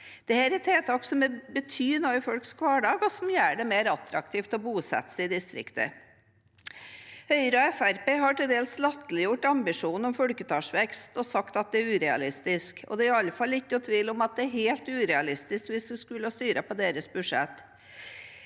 Dette er tiltak som vil bety noe i folks hverdag, og som gjør det mer attraktivt å bosette seg i distriktet. Høyre og Fremskrittspartiet har til dels latterliggjort ambisjonen om folketallsvekst og sagt at det er urealistisk. Det er i alle fall ikke noen tvil om at det er helt urealistisk hvis man skulle styrt på bakgrunn av deres budsjett.